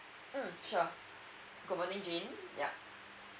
mm sure good morning jane yeah